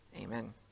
Amen